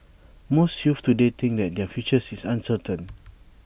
most youths today think that their future is uncertain